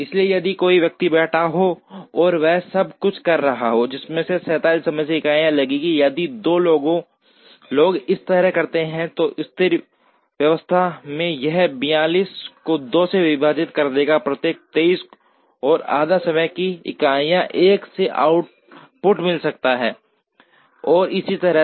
इसलिए यदि कोई व्यक्ति बैठा है और वह सब कुछ कर रहा है जिसमें 47 समय इकाइयाँ लगेंगी यदि दो लोग इसे करते हैं तो स्थिर अवस्था में यह 47 को 2 से विभाजित कर देगा प्रत्येक 23 और आधा समय की इकाइयों 1 को आउटपुट मिल सकता है और इसी तरह